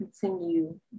continue